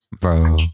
Bro